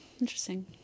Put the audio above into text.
interesting